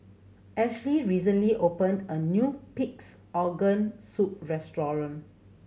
Ashlie recently opened a new Pig's Organ Soup restaurant